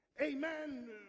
amen